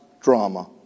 drama